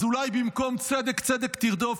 אז אולי במקום לבחור ב"צדק צדק תרדוף"